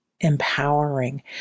empowering